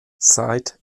seit